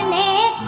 ah a